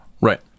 Right